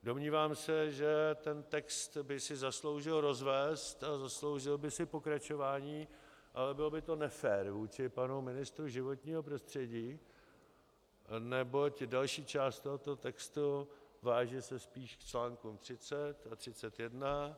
Domnívám se, že ten text by si zasloužil rozvést a zasloužil by si pokračování, ale bylo by to nefér vůči panu ministru životního prostředí, neboť další část tohoto textu váže se spíš k článkům 30 a 31.